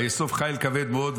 ויאסוף חיל כבד מאוד,